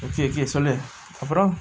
okay okay சொல்லு அப்புறம்:sollu appuram